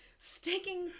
sticking